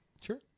Sure